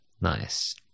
Nice